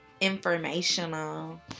informational